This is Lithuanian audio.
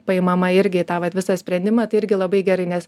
paimama irgi į tą vat visą sprendimą tai irgi labai gerai nes